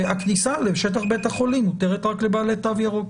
הכניסה לשטח בית החולים מותרת רק לבעלי תו ירוק.